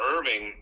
Irving